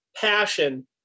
passion